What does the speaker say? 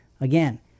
Again